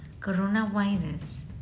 coronavirus